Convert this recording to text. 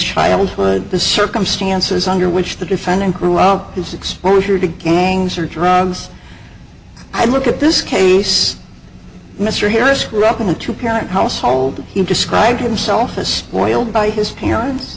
childhood the circumstances under which the defendant grew up his exposure to gangs or drugs and look at this case mr harris grew up in a two parent household he described himself as spoiled by his